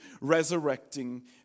resurrecting